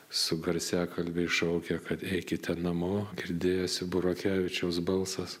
su garsiakalbiais šaukė kad eikite namo girdėjosi burokevičiaus balsas